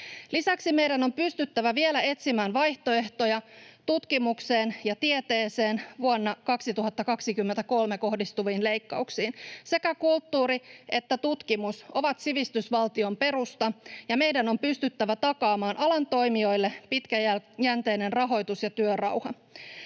Lisäksi meidän on pystyttävä vielä etsimään vaihtoehtoja tutkimukseen ja tieteeseen vuonna 2023 kohdistuviin leikkauksiin. Sekä kulttuuri että tutkimus ovat sivistysvaltion perusta, ja meidän on pystyttävä takaamaan alan toimijoille pitkäjänteinen rahoitus ja työrauha.